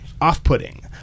off-putting